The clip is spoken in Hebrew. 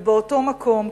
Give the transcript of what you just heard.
ובאותו מקום,